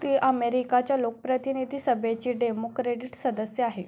ते अमेरिकाच्या लोकप्रतिनिधी सभेची डेमोक्रेडिट सदस्य आहे